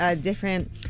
different